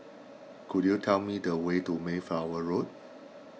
could you tell me the way to Mayflower Road